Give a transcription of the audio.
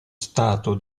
stato